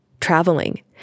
traveling